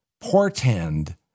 portend